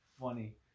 funny